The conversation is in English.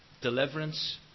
deliverance